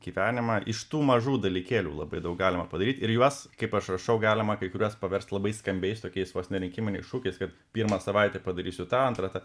gyvenimą iš tų mažų dalykėlių labai daug galima padaryt ir juos kaip aš rašau galima kai kuriuos paverst labai skambiais tokiais vos ne rinkiminiais šūkiais kad pirmą savaitę padarysiu tą antrą tą